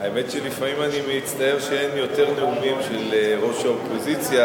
האמת שלפעמים אני מצטער שאין יותר נאומים של ראש האופוזיציה